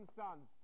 sons